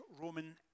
Roman